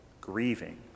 grieving